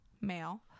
male